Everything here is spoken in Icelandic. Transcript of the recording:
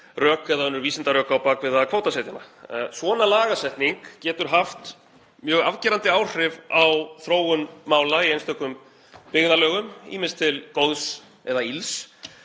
eða önnur vísindarök á bak við það að kvótasetja hana. Svona lagasetning getur haft mjög afgerandi áhrif á þróun mála í einstökum byggðarlögum, ýmist til góðs eða ills,